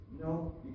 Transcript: No